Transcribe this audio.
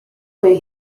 fue